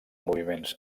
moviments